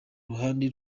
ruhande